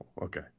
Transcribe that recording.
okay